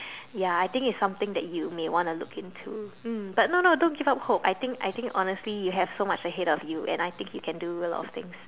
ya I think it's something that you may want to look into but no no don't give up hope I think I think honestly you have so much ahead of you and I think you can do a lot of things